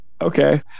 Okay